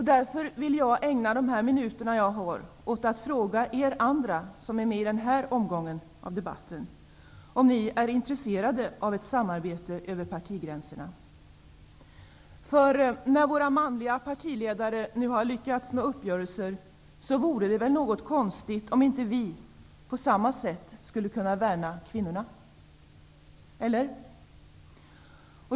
Därför vill jag ägna de minuter som jag har till mitt förfogande åt att fråga er andra som är med i den här omgången av debatten om ni är intresserade av ett samarbete över partigränserna. När våra manliga partiledare nu har lyckats med uppgörelser vore det väl konstigt om inte vi på samma sätt skulle kunna värna kvinnorna. Eller?